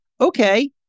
okay